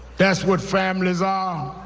that's what families are.